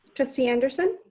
trustee anderson.